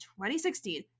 2016